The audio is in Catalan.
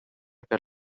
per